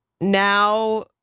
now